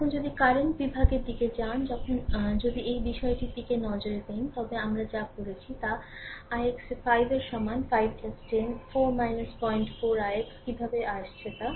এখন যদি কারেন্ট বিভাগের দিকে যান যদি এই বিষয়টির দিকে নজর দিন তবে আমরা যা করেছি তা ix এর 5 এর সমান 5 10 4 04 ix কীভাবে আসছে তা